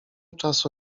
czasu